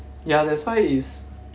ya that's why is